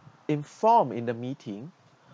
informed in the meeting